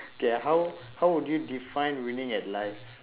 okay how how would you define winning at life